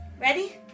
Ready